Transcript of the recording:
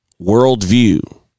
worldview